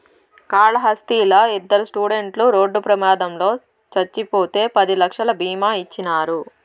కాళహస్తిలా ఇద్దరు స్టూడెంట్లు రోడ్డు ప్రమాదంలో చచ్చిపోతే పది లక్షలు బీమా ఇచ్చినారు